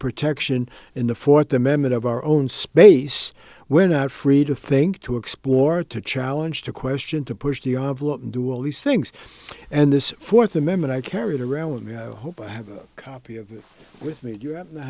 protection in the fourth amendment of our own space we're not free to think to explore to challenge to question to push the do all these things and this fourth amendment i carried around me i hope i have a copy of it with me